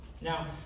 Now